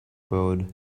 bored